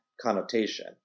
connotation